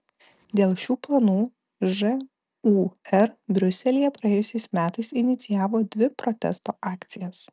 dėl šių planų žūr briuselyje praėjusiais metais inicijavo dvi protesto akcijas